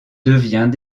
devient